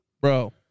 Bro